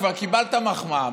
כבר קיבלת מחמאה,